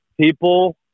People